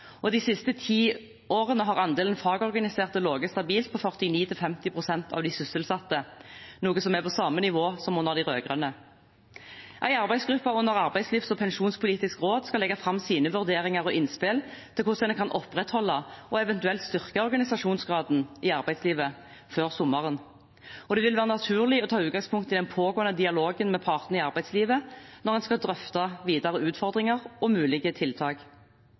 De siste ti årene har andelen fagorganiserte ligget stabilt på 49–50 pst. av de sysselsatte, noe som er på samme nivå som under de rød-grønne. En arbeidsgruppe under Arbeidslivs- og pensjonspolitisk råd skal før sommeren legge fram sine vurderinger og innspill til hvordan en kan opprettholde og eventuelt styrke organisasjonsgraden i arbeidslivet. Det vil være naturlig å ta utgangspunkt i den pågående dialogen med partene i arbeidslivet når en skal drøfte videre utfordringer og mulige tiltak.